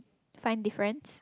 find difference